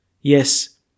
Yes